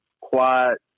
Quiet